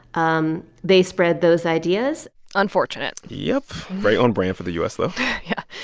um they spread those ideas unfortunate yep, right on brand for the u s, though yeah.